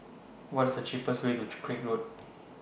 What IS The cheapest Way to Craig Road